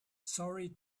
sorry